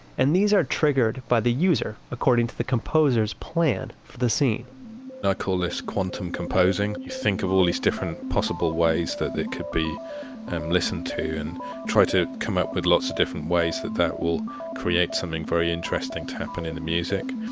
and these are triggered by the user, according to the composer's plan for the scene i call this quantum composing. you think of all these possible ways that it could be um listened to and try to come up with lots of different ways that that will create something very interesting to happen in the music.